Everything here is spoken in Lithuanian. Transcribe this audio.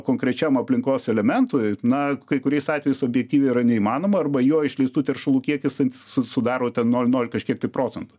konkrečiam aplinkos elementui na kai kuriais atvejais objektyviai yra neįmanoma arba jo išleistų teršalų kiekis su sudaro ten nol nol kažkiek tai procentų